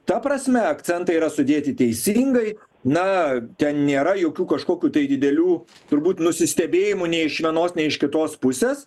ta prasme akcentai yra sudėti teisingai na ten nėra jokių kažkokių tai didelių turbūt nusistebėjimų nei iš vienos nei iš kitos pusės